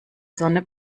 sonne